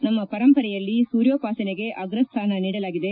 ನಮ್ಮ ಪರಂಪರೆಯಲ್ಲಿ ಸೂರ್ಯೋಪಾಸನೆಗೆ ಅಗ್ರ ಸ್ಥಾನ ನೀಡಲಾಗಿದೆ